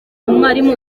umwarimu